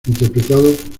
interpretado